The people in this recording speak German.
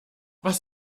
was